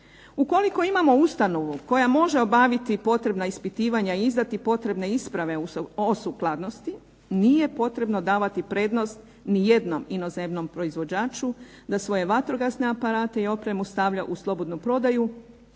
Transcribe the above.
Ukoliko imamo ustanovu koja može obaviti određena ispitivanja i izdati potrebne isprave o sukladnosti, nije potrebno davati prednost ni jednom inozemnom proizvođaču da svoje vatrogasne aparate i opremu stavlja u slobodnu promjenu